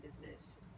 business